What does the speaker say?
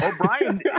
O'Brien